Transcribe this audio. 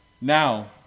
Now